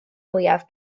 mwyaf